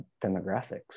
demographics